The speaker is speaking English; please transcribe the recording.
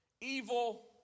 evil